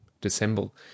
dissemble